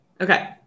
Okay